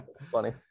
funny